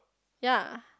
yea